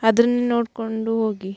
ಅದನ್ನೆ ನೋಡ್ಕೊಂಡು ಹೋಗಿ